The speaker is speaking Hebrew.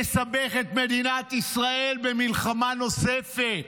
תסבך את מדינת ישראל במלחמה נוספת.